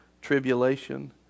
tribulation